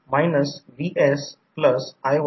याचा अर्थ I2 I2 N2 N1 किंवा I2 I2 N1 N2